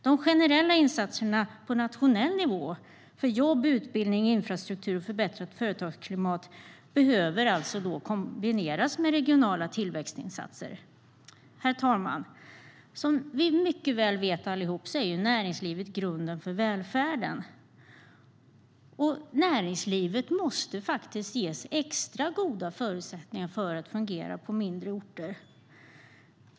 De generella insatserna på nationell nivå för jobb, utbildning, infrastruktur och förbättrat företagsklimat behöver alltså kombineras med regionala tillväxtinsatser. Herr talman! Som vi mycket väl vet allihop är näringslivet grunden för välfärden. Näringslivet måste ges extra goda förutsättningar för att fungera på mindre orter.